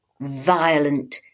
violent